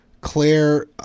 Claire